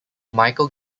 michael